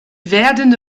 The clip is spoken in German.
werdende